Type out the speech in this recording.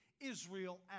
Israel